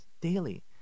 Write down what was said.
Daily